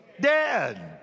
dead